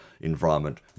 environment